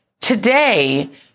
Today